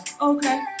Okay